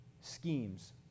schemes